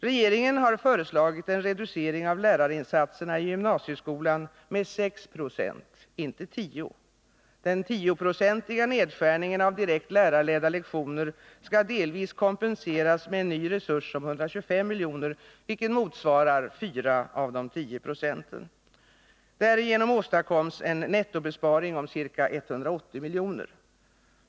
Regeringen har föreslagit en reducering av lärarinsatserna i gymnasieskolan med 6 40 — inte 10; den tioprocentiga nedskärningen av direkt lärarledda lektioner skall delvis kompenseras med en ny resurs om 125 miljoner, vilken motsvarar 4 av de 10 procenten. Därigenom åstadkoms en nettobesparing om ca 180 miljoner.